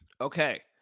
Okay